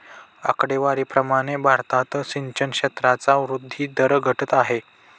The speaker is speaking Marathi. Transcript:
आकडेवारी प्रमाणे भारतात सिंचन क्षेत्राचा वृद्धी दर घटत आहे